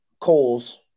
coals